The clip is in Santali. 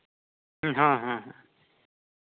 ᱦᱮᱸ ᱦᱮᱸ